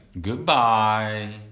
Goodbye